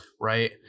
right